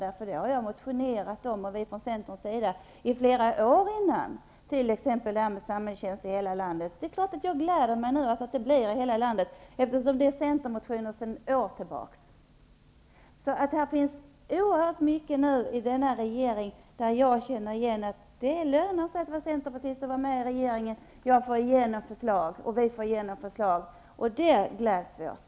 Sådana har vi i Centern motionerat om under flera år, t.ex. detta med samhällstjänst över hela landet. Det är klart att jag gläder mig nu när det skall införas samhällstjänst över hela landet, eftersom det är ett motionskrav från Centern som har framförts sedan flera år tillbaka. Det finns oerhört mycket som gör att jag känner att det lönar sig att vara centerpartist och vara representant för den nya regeringen. Vi får igenom förslag, och det gläds vi åt.